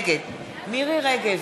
נגד מירי רגב,